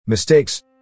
Mistakes